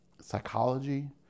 psychology